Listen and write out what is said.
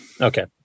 okay